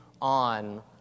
on